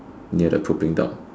near the pooping dog